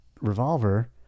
revolver